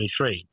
2023